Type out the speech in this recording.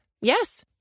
Yes